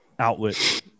outlet